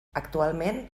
actualment